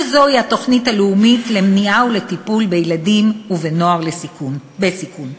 שזוהי התוכנית הלאומית למניעה ולטיפול בילדים ונוער בסיכון.